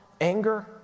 anger